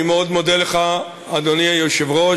אני מאוד מודה לך, אדוני היושב-ראש,